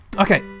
okay